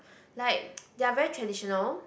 like they're very traditional